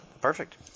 perfect